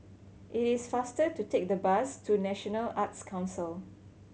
it is faster to take the bus to National Arts Council